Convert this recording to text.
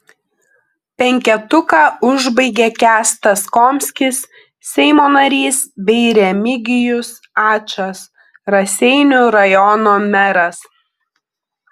penketuką užbaigia kęstas komskis seimo narys bei remigijus ačas raseinių rajono meras